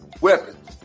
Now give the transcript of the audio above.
weapons